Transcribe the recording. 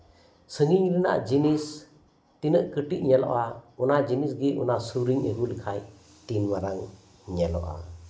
ᱥᱟᱺᱜᱤᱧ ᱨᱮᱭᱟᱜ ᱡᱤᱱᱤᱥ ᱛᱤᱱᱟᱹᱜ ᱠᱟᱹᱴᱤᱡ ᱧᱮᱞᱚᱜᱼᱟ ᱚᱱᱟ ᱡᱤᱱᱤᱥ ᱜᱮ ᱚᱱᱟ ᱥᱩᱨ ᱨᱤᱧ ᱟᱹᱜᱩ ᱞᱮᱠᱷᱟᱱ ᱛᱤᱱ ᱢᱟᱨᱟᱝ ᱧᱮᱞᱚᱜᱼᱟ